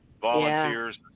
Volunteers